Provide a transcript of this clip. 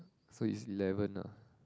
so it's eleven ah